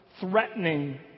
threatening